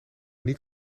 niet